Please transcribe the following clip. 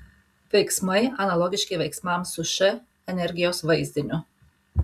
veiksmai analogiški veiksmams su š energijos vaizdiniu